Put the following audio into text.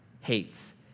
hates